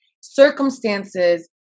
circumstances